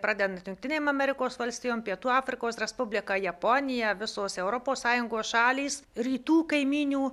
pradedant jungtinėm amerikos valstijom pietų afrikos respublika japonija visos europos sąjungos šalys rytų kaimynių